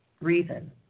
reason